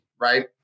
Right